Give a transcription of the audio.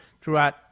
throughout